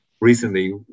Recently